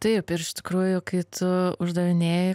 taip iš tikrųjų kai tu uždavinėji